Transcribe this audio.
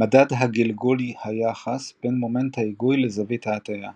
מדד הגלגול-היחס בין מומנט ההיגוי לזווית ההטייה,